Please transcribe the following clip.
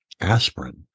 aspirin